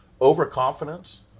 Overconfidence